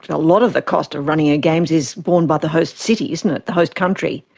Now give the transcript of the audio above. and a lot of the cost of running a games is borne by the host city, isn't it, the host country.